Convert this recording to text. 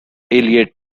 eliot